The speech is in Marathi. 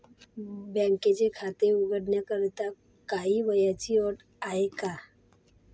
बँकेत खाते उघडण्याकरिता काही वयाची अट आहे का?